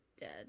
dead